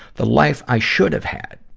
the life i should have had.